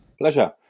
Pleasure